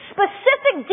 Specific